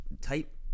type